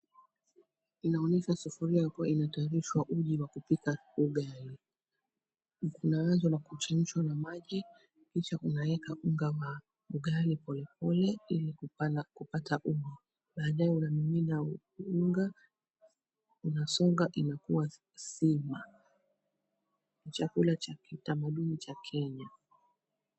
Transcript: Inaonyesha sufuria kuwa inatayarishwa uji wakupika ugali. Kunaanzwa na kuchemshwa na maji kisha unaeka unga wa ugali polepole ili kupata unga, baadaye unamimina unga unasonga inakua sima, ni chakula cha kitamaduni cha Kenya.